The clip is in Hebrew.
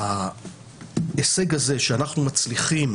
ההישג הזה שאנחנו מצליחים